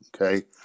Okay